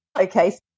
okay